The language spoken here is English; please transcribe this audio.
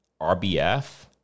RBF